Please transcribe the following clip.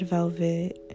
Velvet